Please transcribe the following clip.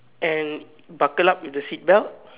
and buckle up with the seat belt